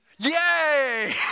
Yay